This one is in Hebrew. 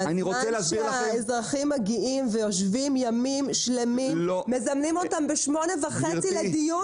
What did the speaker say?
הזמן שהאזרחים מגיעים ויושבים ימים שלמים מזמנים אותם ב-8:30 לדיון,